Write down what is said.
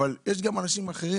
אבל יש גם אנשים אחרים.